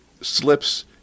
slips